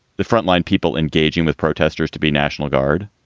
the front line people engaging with protesters to be national guard.